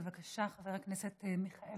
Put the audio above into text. בבקשה, חבר הכנסת מיכאל